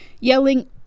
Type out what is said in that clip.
yelling